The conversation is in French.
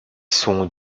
sont